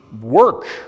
work